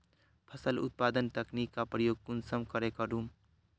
फसल उत्पादन तकनीक का प्रयोग कुंसम करे करूम?